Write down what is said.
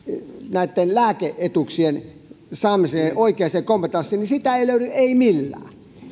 lääke etuuksien saamisesta oikeaan kompetenssiin niin sitä ei löydy ei millään